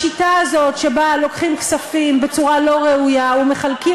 השיטה הזאת שבה לוקחים כספים בצורה לא ראויה ומחלקים